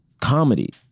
comedy